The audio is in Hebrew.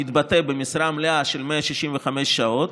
המתבטא במשרה מלאה של 165 שעות,